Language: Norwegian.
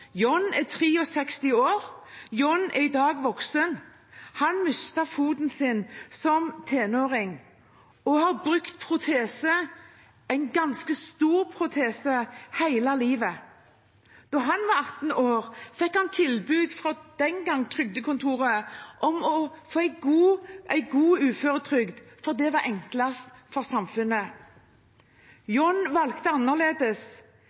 mann på 63 år. Han mistet den ene foten sin som tenåring og har brukt en ganske stor protese hele livet. Da han var 18 år, fikk han tilbud fra trygdekontoret, som det het den gangen, om en god uføretrygd, for det var enklest for samfunnet. Jon valgte annerledes.